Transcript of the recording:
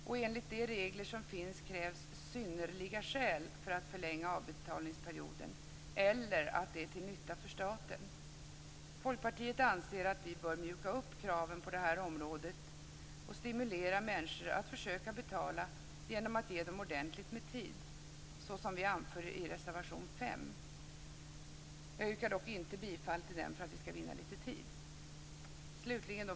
Och enligt de regler som finns krävs synnerliga skäl för att förlänga avbetalningsperioden - eller att det är till nytta för staten. Folkpartiet anser att vi bör mjuka upp kraven på det här området och stimulera människor att försöka betala genom att ge dem ordentligt med tid, som vi anför i reservation 5. Jag yrkar dock inte bifall till den, för att vi skall vinna lite tid.